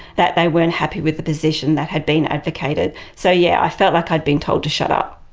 that they weren't happy with the position that had been advocated. so yeah, i felt like i'd been told to shut up.